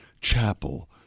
chapel